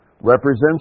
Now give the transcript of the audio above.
represents